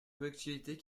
collectivités